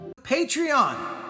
Patreon